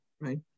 right